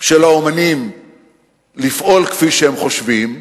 של האמנים לפעול כפי שהם חושבים,